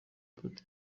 patrick